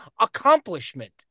accomplishment